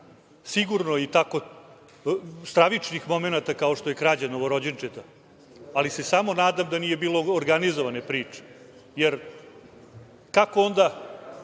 sigurno stravičnih momenata kao što je krađa novorođenčeta, ali se samo nadam da nije bilo organizovane priče, jer kako onda